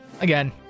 Again